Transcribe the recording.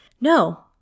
No